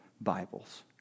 Bibles